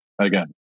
Again